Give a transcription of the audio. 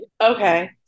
Okay